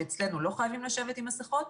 שאצלנו לא חייבים לשבת עם מסכות,